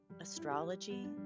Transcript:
astrology